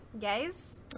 guys